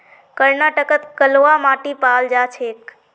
कर्नाटकत कलवा माटी पाल जा छेक